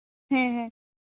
ᱦᱮᱸ ᱦᱮᱸ